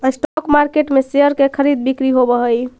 stock market में share के खरीद बिक्री होवऽ हइ